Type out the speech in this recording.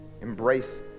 embrace